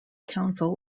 council